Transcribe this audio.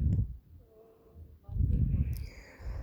um